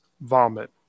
vomit